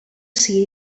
see